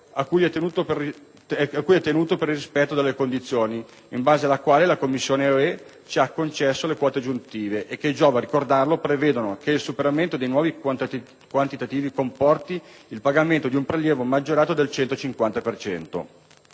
a cui è tenuto per il rispetto delle condizioni in base alle quali la Commissione europea ci ha concesso le quote aggiuntive e che - giova ricordarlo - prevedono che il superamento dei nuovi quantitativi comporti il pagamento di un prelievo maggiorato del 150